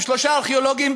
עם שלושה ארכיאולוגים.